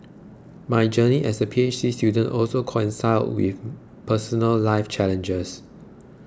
my journey as a P H D student also coincided with personal life challenges